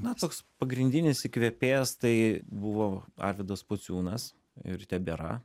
na toks pagrindinis įkvėpėjas tai buvo arvydas pociūnas ir tebėra